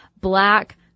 black